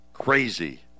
crazy